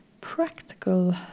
practical